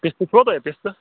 پِستہٕ چھُوا تۄہہِ پِستہٕ